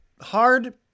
Hard